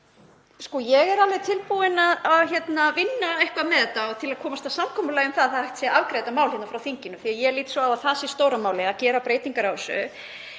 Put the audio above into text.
Ég er alveg tilbúin að vinna eitthvað með þetta til að komast að samkomulagi um að hægt sé að afgreiða þetta mál frá þinginu. Ég lít svo á að það sé stóra málið að gera breytingar á þessu.